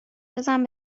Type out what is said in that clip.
بزن